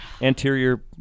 anterior